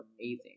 amazing